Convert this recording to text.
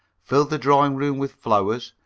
filled the drawing-room with flowers,